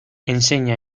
enseña